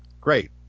great